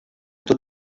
tot